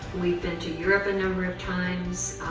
we've been to europe a number of times.